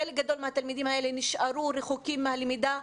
חלק מהתלמידים האלה נשארו רחוקים מהלמידה.